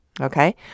okay